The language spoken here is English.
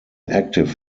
active